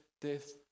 death